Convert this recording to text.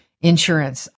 Insurance